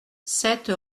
sept